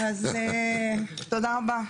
אז תודה רבה.